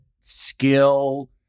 skill